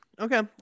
Okay